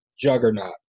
juggernaut